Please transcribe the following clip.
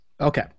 Okay